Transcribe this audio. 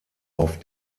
auf